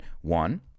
one